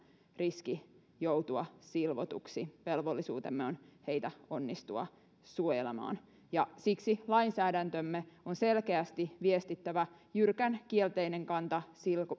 riski joutua silvotuksi velvollisuutemme on heitä onnistua suojelemaan ja siksi lainsäädäntömme on selkeästi viestittävä jyrkän kielteinen kanta